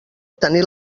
tenir